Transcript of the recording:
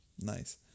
Nice